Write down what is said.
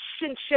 relationship